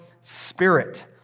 spirit